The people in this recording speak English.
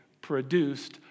produced